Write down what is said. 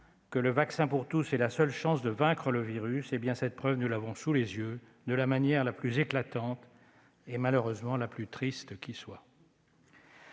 que le vaccin pour tous est la seule chance de vaincre le virus, cette preuve, nous l'avons sous les yeux, de la manière la plus éclatante et, malheureusement, la plus triste qui soit